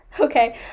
Okay